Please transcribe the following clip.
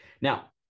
Now